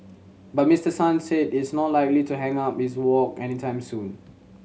but Mister Sang said is not likely to hang up his wok anytime soon